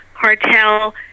cartel